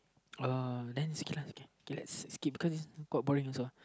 uh can let's skip because this one quite boring also